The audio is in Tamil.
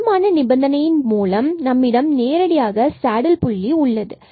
போதுமான நிபந்தனையின் மூலம் நம்மிடம் சேடில் புள்ளி உள்ளது